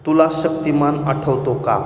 तुला शक्तिमान आठवतो का